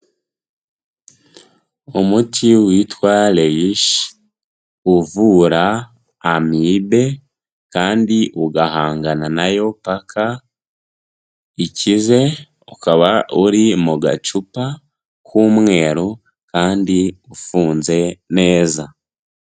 Umuti witwa Reishi, uvura amibe kandi ugahangana nayo paka ikize, ukaba uri mu gacupa k'umweru kandi ufunze neza.